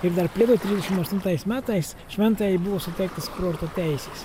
ir dar priedo trisdešim aštuntais metais šventajai buvo suteiktos kurorto teisės